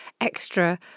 extra